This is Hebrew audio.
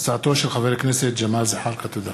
תודה.